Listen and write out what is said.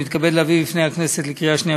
אני מתכבד להביא בפני הכנסת לקריאה שנייה